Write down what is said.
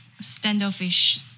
standoffish